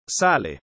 sale